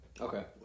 Okay